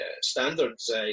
standards